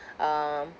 um